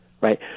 right